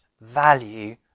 value